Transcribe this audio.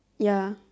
ya